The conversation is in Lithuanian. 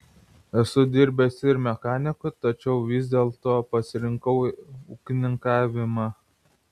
esu dirbęs ir mechaniku tačiau vis dėlto pasirinkau ūkininkavimą